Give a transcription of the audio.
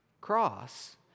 cross